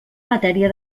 matèria